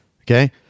okay